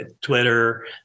Twitter